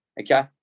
okay